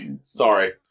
Sorry